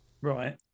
Right